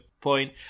point